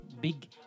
big